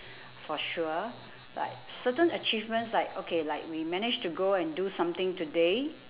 for sure but certain achievements like okay like we managed to go and do something today